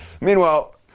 Meanwhile